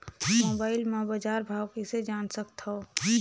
Mobile म बजार भाव कइसे जान सकथव?